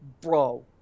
bro